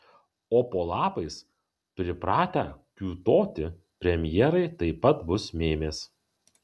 o po lapais pripratę kiūtoti premjerai taip pat bus mėmės